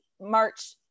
March